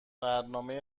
برنامهی